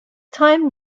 time